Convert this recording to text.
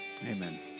Amen